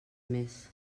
més